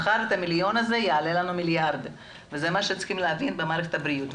מחר המיליון הזה יעלה לנו מיליארד וזה מה שצריך להבין במערכת הבריאות,